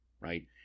right